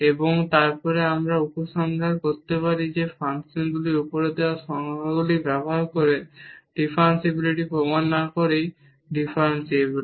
এবং তারপর আমরা উপসংহার করতে পারি যে ফাংশনটি উপরে দেওয়া সংজ্ঞাগুলি ব্যবহার করে ডিফারেনশিবিলিটি প্রমাণ না করেই ডিফারেনসিবল